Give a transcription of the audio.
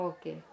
Okay